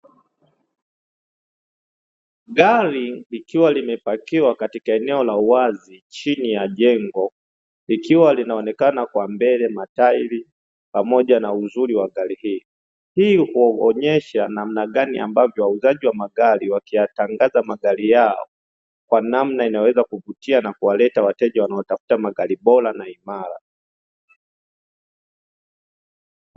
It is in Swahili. Gari likiwa limepakiwa katika eneo la wazi chini ya jengo ikiwa linaonekana kwa mbele matairi pamoja na uzuri wa gari, hii huonyesha namna gani wauzaji wa magari wakiyatangaza magari yao kwa namna inayoweza kuvutia na kuwaleta wateja wanotafuta magari bora na imara.